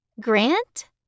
Grant